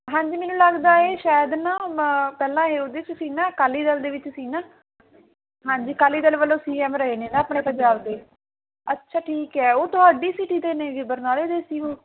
ਹਾਂਜੀ ਮੈਨੂੰ ਲੱਗਦਾ ਇਹ ਸ਼ਾਇਦ ਨਾ ਮ ਪਹਿਲਾਂ ਇਹ ਉਹਦੇ 'ਚ ਸੀ ਨਾ ਅਕਾਲੀ ਦਲ ਦੇ ਵਿੱਚ ਸੀ ਨਾ ਹਾਂਜੀ ਅਕਾਲੀ ਦਲ ਵੱਲੋਂ ਸੀ ਐਮ ਰਹੇ ਨੇ ਨਾ ਆਪਣੇ ਪੰਜਾਬ ਦੇ ਅੱਛਾ ਠੀਕ ਹੈ ਉਹ ਤੁਹਾਡੀ ਸਿਟੀ ਦੇ ਨੇਗੇ ਬਰਨਾਲੇ ਦੇ ਸੀ ਉਹ